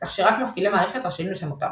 כך שרק מפעילי מערכת רשאים לשנותם.